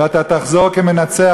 ואתה תחזור כמנצח,